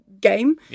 game